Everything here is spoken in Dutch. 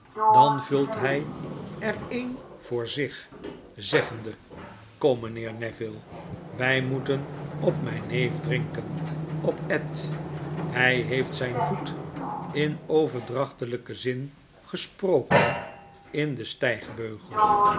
dan vult hy er een voor zich zeggende kom mijnheer neville wy moeten op mijn neef drinken op ed hy heeft zyn voet in overdrachtelpen zin gesproken in den stygbeugel